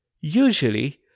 usually